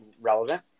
relevant